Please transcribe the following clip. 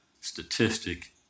statistic